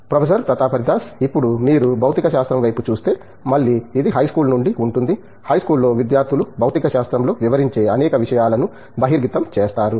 professor Pratap Haridas ఇప్పుడు మీరు భౌతిక శాస్త్రం వైపు చూస్తే మళ్ళీ ఇది హైస్కూల్ నుండి ఉంటుంది హైస్కూల్ లో విద్యార్థులు భౌతికశాస్త్రంలో వివరించే అనేక విషయాలను బహిర్గతం చేస్తారు